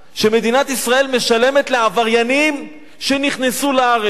שמדינת ישראל משלמת לעבריינים שנכנסו לארץ.